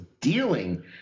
dealing